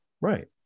Right